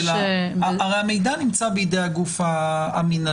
הרי המידע נמצא בידי הגוף המינהלי,